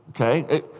okay